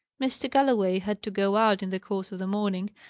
mr. galloway had to go out in the course of the morning,